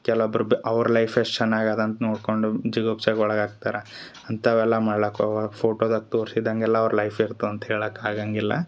ಕೆಲವೊಬ್ರು ಬ್ ಅವ್ರ ಲೈಫ್ ಎಷ್ಟು ಚೆನ್ನಾಗಿದೆ ಅಂತ ನೋಡ್ಕೊಂಡು ಜಿಗುಪ್ಸೆಗೆ ಒಳಗೆ ಆಗ್ತಾರ ಅಂಥವೆಲ್ಲ ಮಾಡ್ಲಕ್ ಹೋಗ್ಬಾರ್ದು ಫೋಟೋದಾಗ ತೋರ್ಸಿದಂಗೆ ಎಲ್ಲ ಅವ್ರ ಲೈಫ್ ಇರ್ತದಂತ ಹೇಳಕ್ಕೆ ಆಗಂಗಿಲ್ಲ